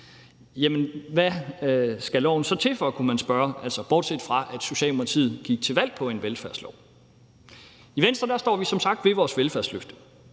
hvad skal loven så til for? kunne man spørge – altså bortset fra, at Socialdemokratiet gik til valg på en velfærdslov. I Venstre står vi som sagt ved vores velfærdsløfte.